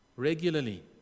regularly